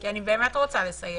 אני באמת רוצה לסיים.